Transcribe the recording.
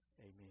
Amen